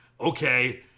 okay